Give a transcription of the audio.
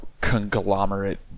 conglomerate